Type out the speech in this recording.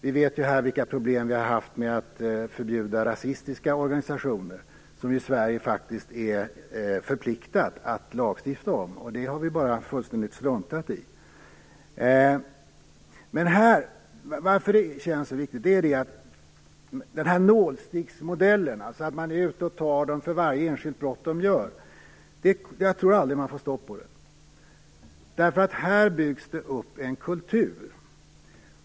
Vi vet ju vilka problem vi har haft med att förbjuda rasistiska organisationer, som vi i Sverige faktiskt är förpliktade att lagstifta om. Det har vi fullständigt struntat i. Varför känns det här så viktigt? Jag tror aldrig att man får stopp på denna brottslighet med nålsticksmodellen, dvs. att man tar dessa personer för varje enskilt brott som de begår. Det byggs upp en kultur.